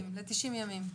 זה 90 ימים.